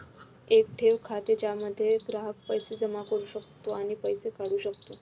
एक ठेव खाते ज्यामध्ये ग्राहक पैसे जमा करू शकतो आणि पैसे काढू शकतो